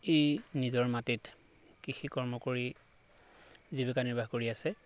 এই নিজৰ মাটিত কৃষিকৰ্ম কৰি জীৱিকা নিৰ্বাহ কৰি আছে